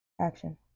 Action